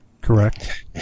Correct